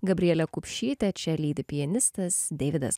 gabrielę kupšytę čia lydi pianistas deividas